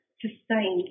sustain